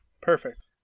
Perfect